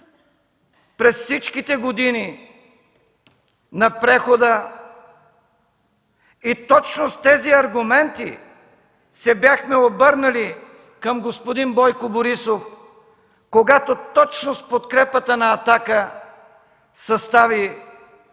през всичките години на прехода и с тези аргументи се бяхме обърнали към господин Бойко Борисов, когато точно с подкрепата на „Атака” състави